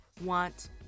want